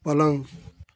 पलंग